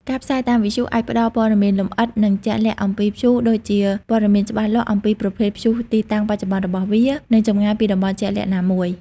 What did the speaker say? ការផ្សាយតាមវិទ្យុអាចផ្តល់ព័ត៌មានលម្អិត និងជាក់លាក់អំពីព្យុះដូចជាព័ត៌មានច្បាស់លាស់អំពីប្រភេទព្យុះទីតាំងបច្ចុប្បន្នរបស់វា និងចម្ងាយពីតំបន់ជាក់លាក់ណាមួយ។